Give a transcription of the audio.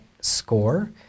score